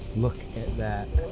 look at that.